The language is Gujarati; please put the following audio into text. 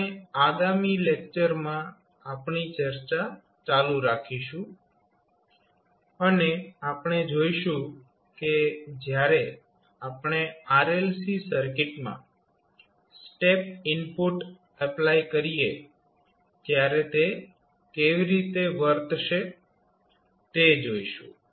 આપણે આગામી લેક્ચરમાં આપણી ચર્ચા ચાલુ રાખીશું અને આપણે જોઈશું કે જ્યારે આપણે RLC સર્કિટમાં સ્ટેપ ઇનપુટ એપ્લાય કરીએ ત્યારે તે કેવી રીતે વર્તશે તે જોઈશું